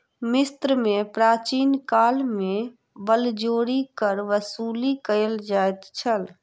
मिस्र में प्राचीन काल में बलजोरी कर वसूली कयल जाइत छल